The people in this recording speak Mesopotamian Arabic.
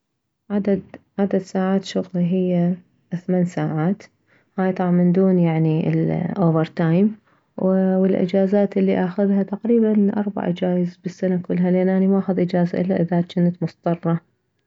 عدد عدد ساعات شغلي هي ثمان ساعات هاي طبعا من دون الاوفر تايم والاجازات الي اخذها تقريبا اربع اجايز بالسنة كلها لان اني ما اخذ اجازة الا اذا جنت مضطرة